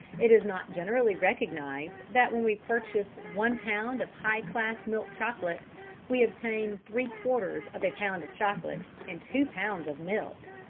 it is not generally recognised that when we purchase one pound of high-class milk chocolate we obtain three-quarters of a pound of chocolate and two pounds of milk!